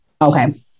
okay